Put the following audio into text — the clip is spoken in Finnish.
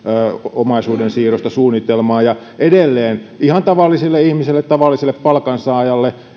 omaisuuden siirrosta suunnitelmaa ja edelleen ihan tavalliselle ihmiselle tavalliselle palkansaajalle